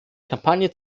kampagne